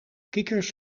kikkers